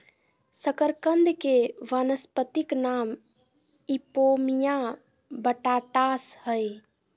शकरकंद के वानस्पतिक नाम इपोमिया बटाटास हइ